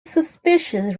subspecies